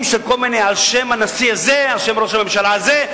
על-שם הנשיא הזה, על-שם ראש הממשלה הזה.